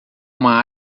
uma